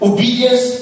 Obedience